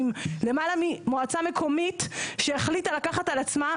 מועצה מקומית שהחליטה לקחת על עצמה,